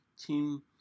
team